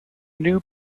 knew